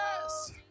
yes